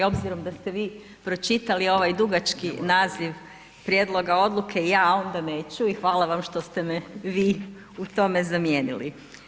Obzirom da ste vi pročitali ovaj dugački naziv prijedlog odluke, ja onda neću i hvala vam što ste me vi u tome zamijenili.